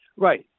Right